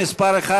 עמיר פרץ,